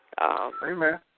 Amen